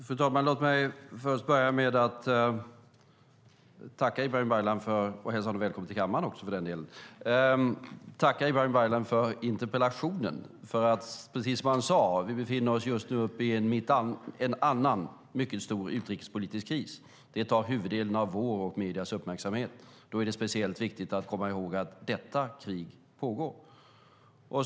Fru talman! Låt mig börja med att tacka Ibrahim Baylan för interpellationen, och för den delen också hälsa honom välkommen till kammaren. Precis som han sade befinner vi oss just nu mitt i en annan mycket stor utrikespolitisk kris. Det tar huvuddelen av vår och mediernas uppmärksamhet. Då är det speciellt viktigt att komma ihåg att detta krig pågår.